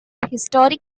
historic